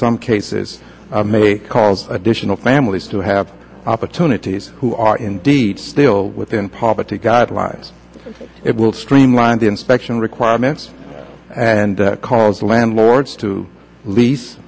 some cases may cause additional families to have opportunities who are indeed still within poverty guidelines it will streamline the inspection requirements and cause the landlords to lease